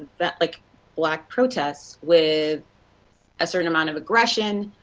but like black protests with a certain amount of aggression,